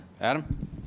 Adam